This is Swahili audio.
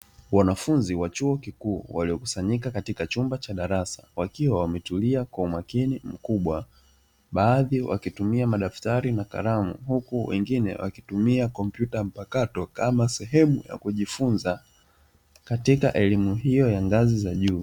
Wanafunzi wa chuo kikuu waliokusanyika katika chumba cha darasa wakiwa wametulia kwa umakini mkubwa, baadhi wakitumia madaftari na kalamu huku wengine wakitumia kompyuta mpakato kama sehemu ya kujifunza katika elimu hiyo ya ngazi za juu.